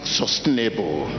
sustainable